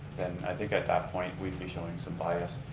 i think at that point we'd be showing some bias.